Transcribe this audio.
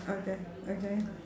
okay okay